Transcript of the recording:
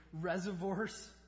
reservoirs